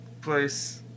place